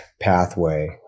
pathway